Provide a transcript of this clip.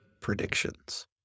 Predictions